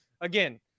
Again